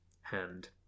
hand